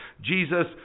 Jesus